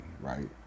right